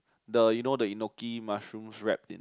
the you know the enoki mushroom wrap in